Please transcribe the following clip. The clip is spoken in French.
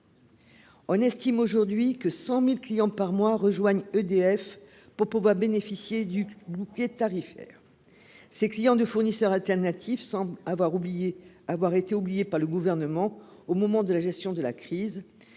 On estime aujourd'hui que 100000 clients par mois rejoignent EDF pour pouvoir bénéficier du bouclier tarifaire ses clients de fournisseurs alternatifs semble avoir oublié avoir été oubliés par le gouvernement au moment de la gestion de la crise,